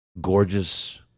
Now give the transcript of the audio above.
gorgeous